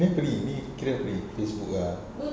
ni apa ni ni kira apa ni Facebook ah